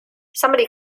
somebody